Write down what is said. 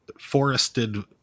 forested